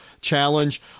challenge